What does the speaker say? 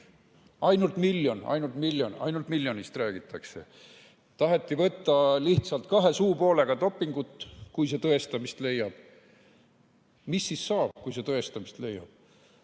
Ainult miljonist räägitakse. Taheti võtta lihtsalt kahe suupoolega dopingut, kui see tõestamist leiab. Mis siis saab, kui see tõestamist leiab?